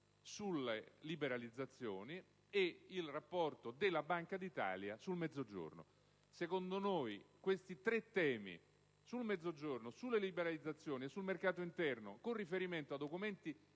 sulle liberalizzazioni e il rapporto della Banca d'Italia sul Mezzogiorno. A nostro avviso, i tre temi sul Mezzogiorno, sulle liberalizzazioni e sul mercato interno, con riferimento a documenti